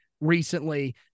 recently